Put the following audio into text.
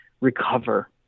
recover